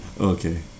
Okay